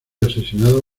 asesinado